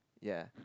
ya